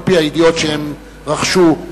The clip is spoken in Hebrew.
על-פי הידיעות שהן רכשו,